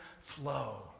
flow